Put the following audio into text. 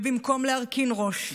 ובמקום להרכין ראש,